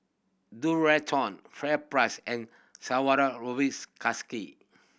Dualtron FairPrice and